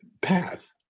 path